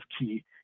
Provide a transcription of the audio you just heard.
key